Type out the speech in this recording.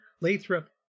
lathrop